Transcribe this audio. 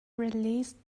released